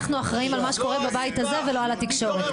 אנחנו אחראיים על מה שקורה בבית הזה ולא על התקשורת.